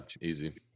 easy